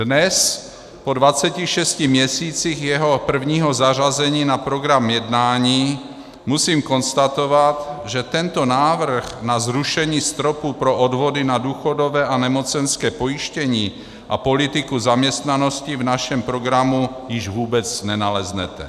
Dnes, po 26 měsících jeho prvního zařazení na program jednání, musím konstatovat, že tento návrh na zrušení stropu pro odvody na důchodové a nemocenské pojištění a politiku zaměstnanosti v našem programu již vůbec nenaleznete.